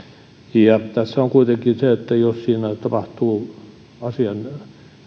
ja tässä on kuitenkin se että jos siinä tapahtuu asian